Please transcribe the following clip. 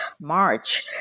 march